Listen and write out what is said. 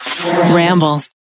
Ramble